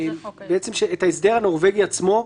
ההסדר הנורבגי עצמו,